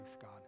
God